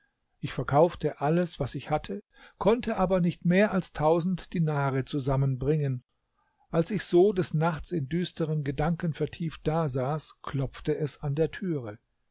ich verkaufte alles was ich hatte konnte aber nicht mehr als tausend dinare zusammenbringen als ich so des nachts in düstere gedanken vertieft dasaß klopfte es an der türe